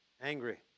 angry